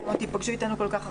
אתם תיפגשו אתנו כל כך הרבה.